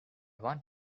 want